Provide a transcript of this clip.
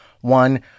One